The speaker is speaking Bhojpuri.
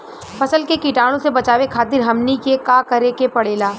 फसल के कीटाणु से बचावे खातिर हमनी के का करे के पड़ेला?